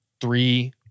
three